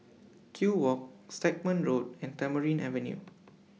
Kew Walk Stagmont Road and Tamarind Avenue